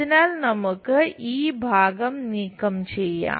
അതിനാൽ നമുക്ക് ഈ ഭാഗം നീക്കം ചെയ്യാം